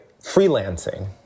freelancing